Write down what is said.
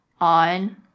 on